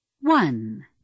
one